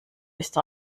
ist